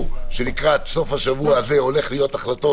שלקראת סוף השבוע הזה הולכות להיות החלטות